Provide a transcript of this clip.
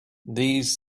these